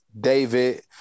David